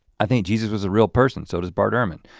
i think jesus was a real person, so does bart ehrman.